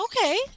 Okay